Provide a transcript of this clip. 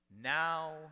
Now